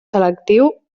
selectiu